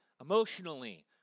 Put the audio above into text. emotionally